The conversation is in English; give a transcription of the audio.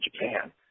Japan